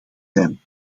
zijn